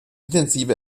intensive